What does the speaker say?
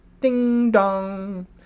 Ding-dong